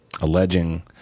alleging